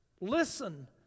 Listen